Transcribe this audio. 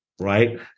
right